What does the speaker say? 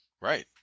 Right